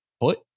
put